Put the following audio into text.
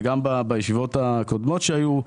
וגם בישיבות הקודמות שנערכו.